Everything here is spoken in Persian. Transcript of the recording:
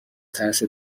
ترس